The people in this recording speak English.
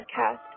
podcast